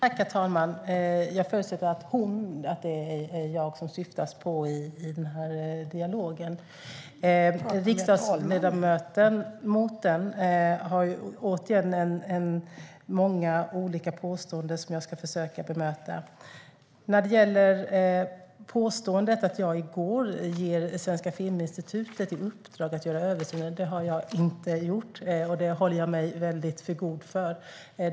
Herr talman! Jag förutsätter att det är jag som åsyftas med "hon" i den här dialogen. Riksdagsledamoten har återigen många olika påståenden som jag ska försöka bemöta. När det gäller påståendet att jag i går gav Svenska Filminstitutet i uppdrag att göra en översyn har jag inte gjort det. Det håller jag mig för god för.